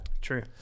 True